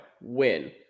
win